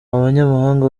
abanyamahanga